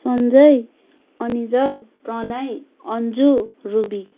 Sanjay Anijal Pranay Anju ruby